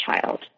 child